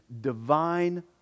divine